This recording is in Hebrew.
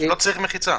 לא צריך מחיצה.